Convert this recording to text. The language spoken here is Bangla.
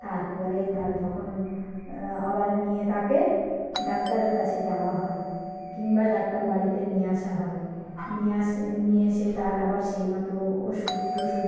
তার পরে তার যখন আবার নিয়ে তাকে ডাক্তারের কাছে যাওয়া হয় কিংবা ডাক্তার বাড়িতে নিয়ে আসা হয় নিয়ে আসে নিয়ে এসে তার আবার সেই মতো ওষুধ টষুধ